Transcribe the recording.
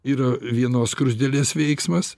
yra vienos skruzdėlės veiksmas